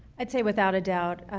i'd say, without a doubt,